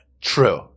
True